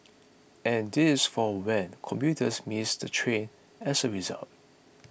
and this for when commuters miss the train as a result